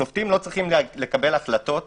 שופטים לא צריכים לקבל החלטות